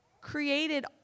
created